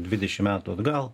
dvidešim metų atgal